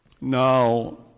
Now